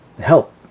help